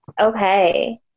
Okay